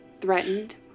threatened